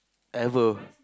ever